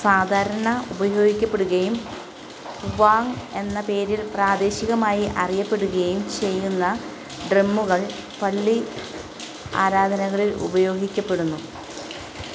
സാധാരണ ഉപയോഗിക്കപ്പെടുകയും ഖുവാങ് എന്ന പേരിൽ പ്രാദേശികമായി അറിയപ്പെടുകയും ചെയ്യുന്ന ഡ്രമ്മുകൾ പള്ളി ആരാധനകളിൽ ഉപയോഗിക്കപ്പെടുന്നു